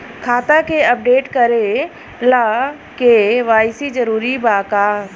खाता के अपडेट करे ला के.वाइ.सी जरूरी बा का?